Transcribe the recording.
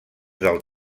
del